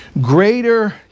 greater